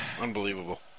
Unbelievable